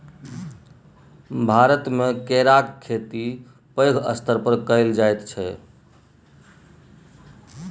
भारतमे केराक खेती पैघ स्तर पर कएल जाइत छै